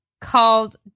called